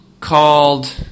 Called